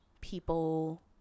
people